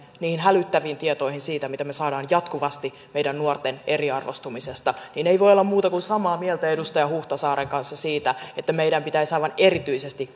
niihin hälyttäviin tietoihin siitä mitä me saamme jatkuvasti meidän nuorten eriarvoistumisesta ei voi olla muuta kuin samaa mieltä edustaja huhtasaaren kanssa siitä että meidän pitäisi aivan erityisesti